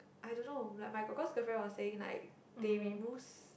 I don't know like my korkor's girlfriend was saying like they remove